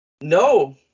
No